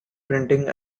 printing